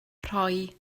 rhoi